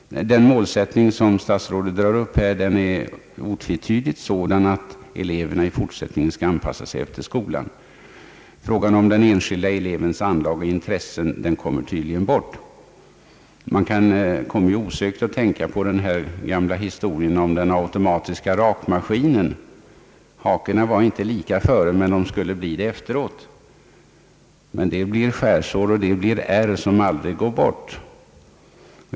Den målsättningen som statsrådet dragit upp är otvetydigt sådan att eleverna i fortsättningen skall anpassas efter skolan. Frågan om den enskilde elevens anlag och intressen kommer tydligen bort. Man kommer osökt att tänka på den gamla historien om den automatiska rakmaskinen — hakorna var inte lika före rakningen, men de skulle bli det efteråt! Men det blir skärsår och ärr som aldrig försvinner.